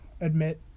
admit